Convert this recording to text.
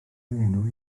enw